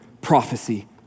prophecy